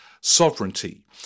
sovereignty